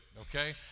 okay